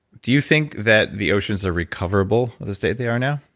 do you think that the oceans are recoverable at the state they are now?